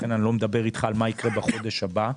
לכן אני לא מדבר איתך על מה יקרה בחודש הבא,